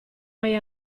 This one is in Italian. mai